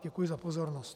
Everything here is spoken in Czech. Děkuji za pozornost.